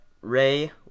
Ray